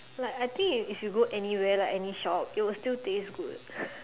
like I think if you go anywhere like any shop it will still taste good